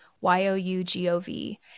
Y-O-U-G-O-V